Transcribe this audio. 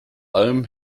alm